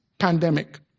pandemic